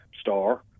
star